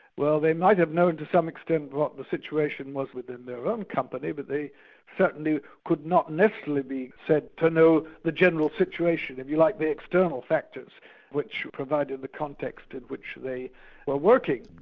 well they might have known to some extent what the situation was within their own company, but they certainly could not necessarily be said to know the general situation, if you like the external factors which provided the context of which they were working.